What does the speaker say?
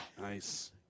Nice